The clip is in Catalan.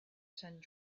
sant